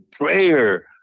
Prayer